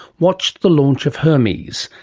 watched the launch of hermes,